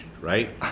right